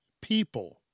people